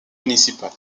municipal